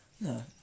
No